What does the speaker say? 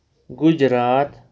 Gujarat